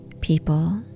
people